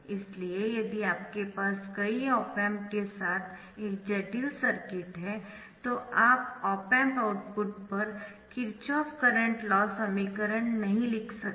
इसलिए यदि आपके पास कई ऑप एम्प के साथ एक जटिल सर्किट है तो आप ऑप एम्प आउटपुट पर किरचॉफ करंट लॉ समीकरण नहीं लिख सकते है